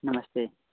नमस्ते